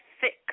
thick